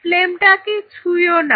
ফ্লেমটাকে ছুঁয়ো না